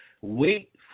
wait